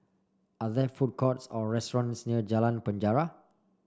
are there food courts or restaurants near Jalan Penjara